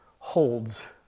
holds